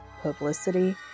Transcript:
publicity